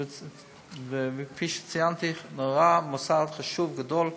וכפי שציינתי, זה מוסד חשוב, גדול,